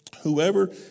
whoever